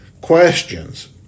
questions